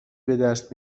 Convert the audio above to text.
بدست